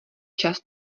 čas